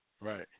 Right